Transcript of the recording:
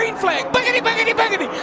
i mean flag, boogity boogity boogity,